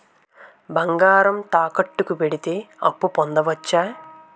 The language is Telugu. బంగారం తాకట్టు కి పెడితే అప్పు పొందవచ్చ?